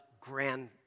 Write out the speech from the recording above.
grand